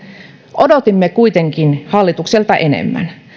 odotimme kuitenkin hallitukselta enemmän